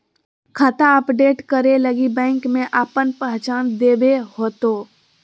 खाता अपडेट करे लगी बैंक में आपन पहचान देबे होतो